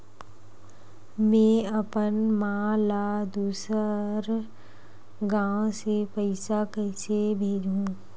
में अपन मा ला दुसर गांव से पईसा कइसे भेजहु?